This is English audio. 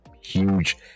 huge